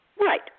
Right